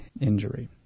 injury